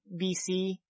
BC